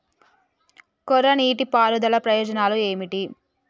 కోరా నీటి పారుదల ప్రయోజనాలు ఏమిటి?